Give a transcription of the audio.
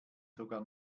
sogar